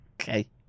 okay